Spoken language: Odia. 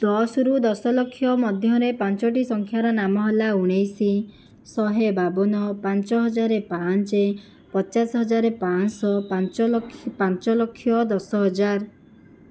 ଦଶରୁ ଦଶଲକ୍ଷ ମଧ୍ୟରେ ପାଞ୍ଚଟି ସଂଖ୍ୟାର ନାମ ହେଲା ଉଣେଇଶ ଶହେ ବାଉନ ପାଞ୍ଚହଜାର ପାଞ୍ଚ ପଚାଶହଜାର ପାଞ୍ଚଶହ ପାଞ୍ଚଲକ୍ଷ ପାଞ୍ଚଲକ୍ଷ ଦଶ ହଜାର